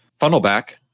Funnelback